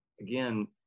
Again